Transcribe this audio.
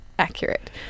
accurate